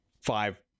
five